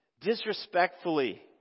disrespectfully